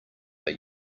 are